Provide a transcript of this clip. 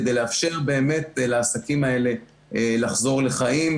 כדי לאפשר באמת לעסקים האלה לחזור לחיים,